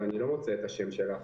ואני לא מוצא את השם שלך.